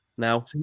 Now